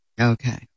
Okay